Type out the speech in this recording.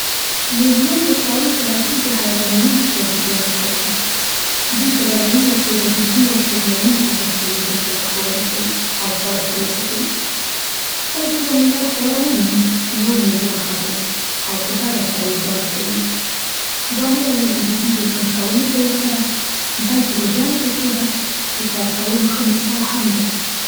مېږیان د خواړو په لټون کې حیرانوونکې ستراتیژیانې کاروي. دوی په ډله یزه توګه د بوی او سګنالونو په مرسته یو بل ته لارښوونه کوي او خواړه ترلاسه کوي. کله چې یو مېږی خواړه ومومي، نور مېږیان خبروي او په ګډه سره یې ځالې ته وړي. دا نه یوازې د دوی د ژوند کولو طریقه ده، بلکې د ډلې په توګه د کار کولو ښه مثال هم دی.